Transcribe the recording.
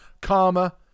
karma